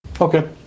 Okay